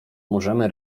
możemy